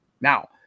now